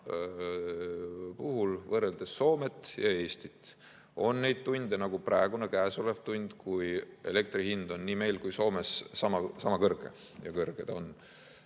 puhul, võrreldes Soomet ja Eestit. On neid tunde, nagu praegune, käesolev tund, kui elektri hind on nii meil kui ka Soomes sama kõrge – ja kõrge ta on.